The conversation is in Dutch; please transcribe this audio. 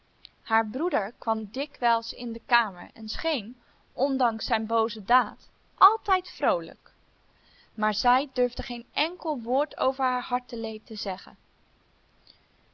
haar broeder kwam dikwijls in de kamer en scheen ondanks zijn booze daad altijd vroolijk maar zij durfde geen enkel woord over haar harteleed te zeggen